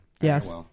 Yes